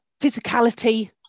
physicality